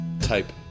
type